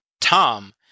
Tom